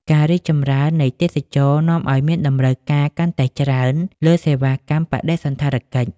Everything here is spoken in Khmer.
ការរីកចម្រើននៃទេសចរណ៍នាំឲ្យមានតម្រូវការកាន់តែច្រើនលើសេវាកម្មបដិសណ្ឋារកិច្ច។